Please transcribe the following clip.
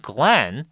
Glenn